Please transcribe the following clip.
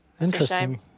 Interesting